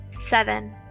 seven